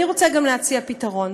אני רוצה להציע פתרון,